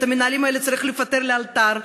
את המנהלים האלה צריך לפטר לאלתר,